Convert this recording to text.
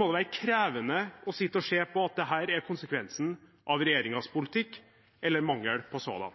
må det være krevende å sitte og se på at dette er konsekvensen av regjeringens politikk – eller mangel på sådan.